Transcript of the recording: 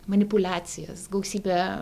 manipuliacijas gausybę